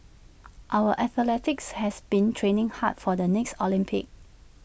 our athletes have been training hard for the next Olympics